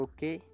Okay